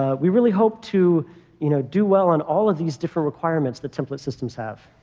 ah we really hope to you know do well on all of these different requirements the template systems have.